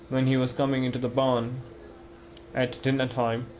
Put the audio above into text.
when he was coming into the bawn at dinnertime,